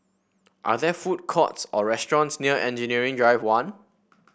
are there food courts or restaurants near Engineering Drive One